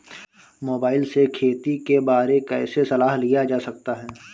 Mobile से खेती के बारे कैसे सलाह लिया जा सकता है?